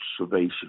observation